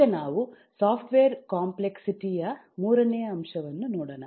ಈಗ ನಾವು software complexity ಯ ಮೂರನೇ ಅಂಶವನ್ನು ನೋಡೋಣ